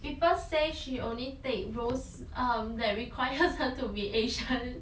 people say she only take roles um that requires her to be asian